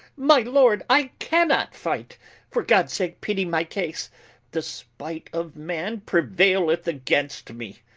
my lord, i cannot fight for gods sake pitty my case the spight of man preuayleth against me.